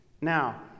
Now